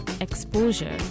exposure